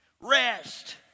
Rest